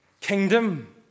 kingdom